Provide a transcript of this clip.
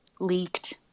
leaked